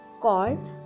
called